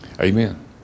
Amen